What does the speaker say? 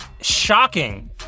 shocking